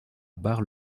bar